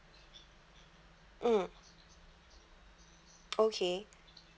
mm okay